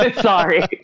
sorry